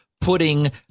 putting